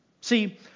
See